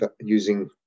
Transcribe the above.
using